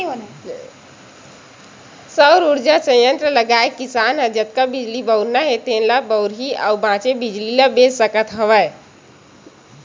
सउर उरजा संयत्र लगाए किसान ह जतका बिजली बउरना हे तेन ल बउरही अउ बाचे बिजली ल बेच सकत हवय